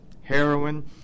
heroin